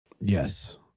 Yes